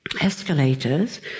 Escalators